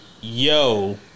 Yo